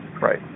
Right